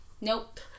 Nope